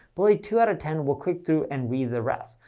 only two out of ten will click through and read the rest.